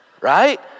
Right